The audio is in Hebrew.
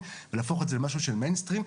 ולהפוך את זה למשהו של מיינסטרים,